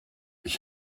ich